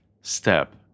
step